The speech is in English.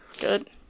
Good